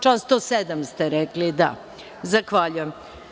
Član 107. ste rekli? (Da.) Zahvaljujem.